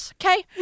okay